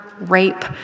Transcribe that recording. rape